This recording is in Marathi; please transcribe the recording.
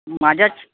माझ्याच